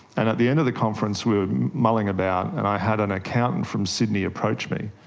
and at the end of the conference we were milling about and i had an accountant from sydney approached me,